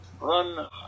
run